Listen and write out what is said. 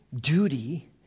duty